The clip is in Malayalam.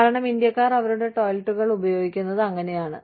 കാരണം ഇന്ത്യക്കാർ അവരുടെ ടോയ്ലറ്റുകൾ ഉപയോഗിക്കുന്നത് അങ്ങനെയാണ്